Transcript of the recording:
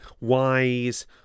wise